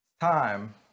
Time